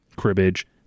cribbage